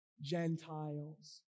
Gentiles